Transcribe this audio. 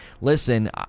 listen